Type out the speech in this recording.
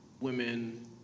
women